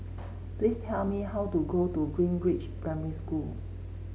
please tell me how to go to Greenridge Primary School